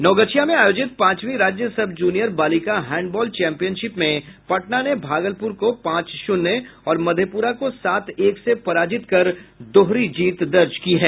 नवगछिया में आयोजित पांचवी राज्य सब जूनियर बालिका हैंडबॉल चैंपियनशिप में पटना ने भागलपुर को पांच शून्य और मधेपुरा को सात एक से पराजित कर दोहरी जीत दर्ज की है